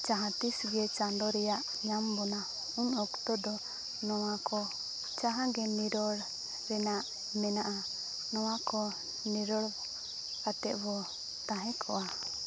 ᱡᱟᱦᱟᱸ ᱛᱤᱥᱜᱮ ᱪᱟᱸᱫᱳ ᱨᱮᱭᱟᱜ ᱧᱟᱢ ᱵᱚᱱᱟ ᱩᱱ ᱚᱠᱛᱚ ᱫᱚ ᱱᱚᱣᱟ ᱠᱚ ᱡᱟᱦᱟᱸᱜᱮ ᱱᱤᱨᱚᱲ ᱨᱮᱱᱟᱜ ᱢᱮᱱᱟᱜᱼᱟ ᱱᱚᱣᱟ ᱠᱚ ᱱᱤᱨᱚᱲ ᱠᱟᱛᱮᱫ ᱵᱚ ᱛᱟᱦᱮᱸ ᱠᱚᱜᱼᱟ